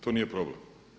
To nije problem.